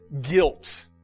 guilt